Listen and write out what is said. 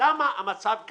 למה המצב כזה?